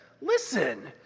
listen